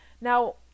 Now